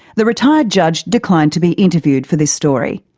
the retired judge declined to be interviewed for this story.